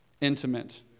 intimate